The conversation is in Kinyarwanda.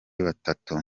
batatu